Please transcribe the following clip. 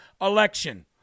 election